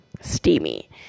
steamy